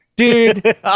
Dude